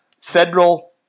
federal